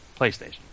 PlayStation